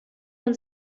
man